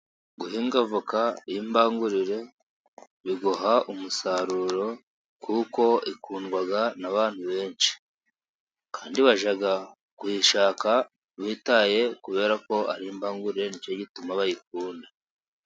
Guhinga avoka y'imbangurire biguha umusaruro, kuko ikundwa n'abantu benshi . Kandi bajya kuyishaka bitaye kubera ko ari imbangurire, nicyo gituma bayikunda.